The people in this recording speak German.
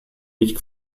nicht